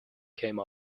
came